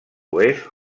oest